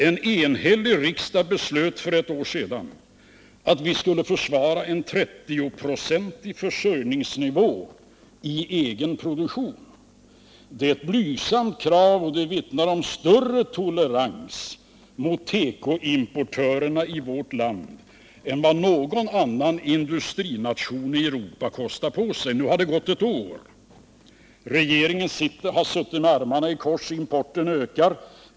En enhällig riksdag beslöt för ett år sedan att vi skulle försvara en 30-procentig försörjningsnivå i egen produktion. Det är ett blygsamt krav, och det vittnar om större tolerans mot tekoimportörerna i vårt land än vad någon annan industrination i Europa kostar på sig. Nu har det gått ett år. Regeringen har suttit med armarna i kors, och importen ökar.